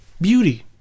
Beauty